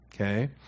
okay